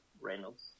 Reynolds